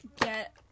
get